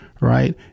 right